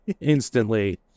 instantly